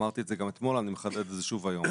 אמרתי את זה גם אתמול, אני מחדד את זה שוב היום.